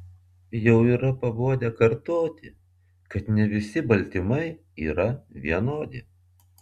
jau yra pabodę kartoti kad ne visi baltymai yra vienodi